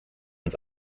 ins